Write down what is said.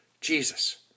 Jesus